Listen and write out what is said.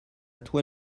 toi